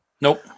Nope